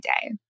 day